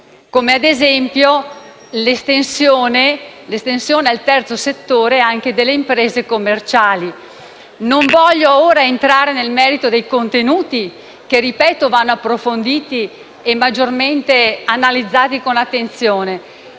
come ad esempio l'estensione del terzo settore anche alle imprese commerciali. Non voglio ora entrare nel merito dei contenuti che - ripeto - vanno approfonditi e maggiormente analizzati con attenzione,